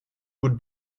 would